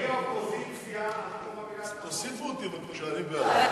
קבלת אדם לעבודה במוסד על-ידי מי שאינו עובד המוסד),